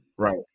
Right